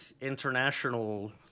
international